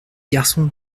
garçon